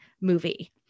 movie